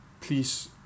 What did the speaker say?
please